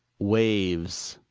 waves!